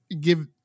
give